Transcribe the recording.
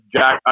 Jack